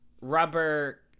rubber